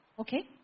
Okay